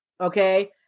Okay